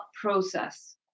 process